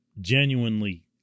genuinely